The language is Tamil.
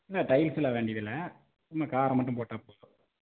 இல்லை டைல்ஸெலாம் வேண்டியதில்லை சும்மா காரை மட்டும் போட்டால் போதும்